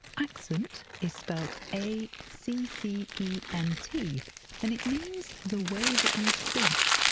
accent is spelt a c c e n t and it means the way that you speak,